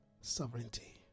sovereignty